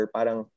Parang